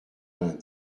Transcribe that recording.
vingt